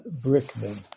Brickman